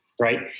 right